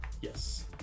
Yes